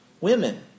women